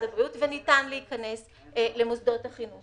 הבריאות וניתן להיכנס למוסדות החינוך.